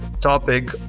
topic